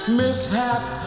mishap